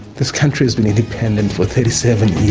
this country has been independent for thirty seven years.